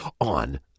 on